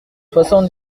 soixante